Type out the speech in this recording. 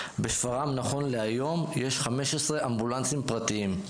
בשפרעם נכון להיום יש 15 אמבולנסים פרטיים,